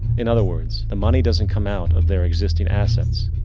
in other words, the money doesn't come out of their existing assets.